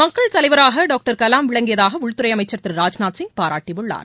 மக்கள் தலைவராக டாக்டர் கலாம் விளங்கியதாக உள்துறை அமைச்சர் திரு ராஜ்நாத்சிங் பாராட்டியுள்ளார்